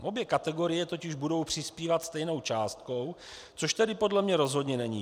Obě kategorie totiž budou přispívat stejnou částkou, což tedy podle mne rozhodně není fér.